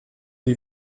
die